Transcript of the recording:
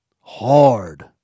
Hard